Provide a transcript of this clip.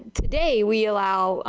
today we allow,